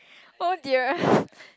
oh dear